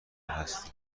هستیم